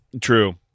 true